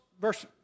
verse